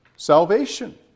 salvation